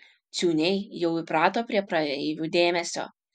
ciūniai jau įprato prie praeivių dėmesio